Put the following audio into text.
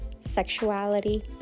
sexuality